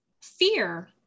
fear